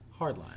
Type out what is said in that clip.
Hardline